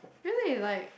really like